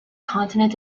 continent